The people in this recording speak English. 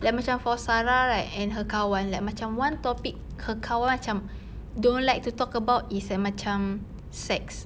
like macam sarah right and her kawan like macam one topic her kawan macam don't like to talk about is like macam sex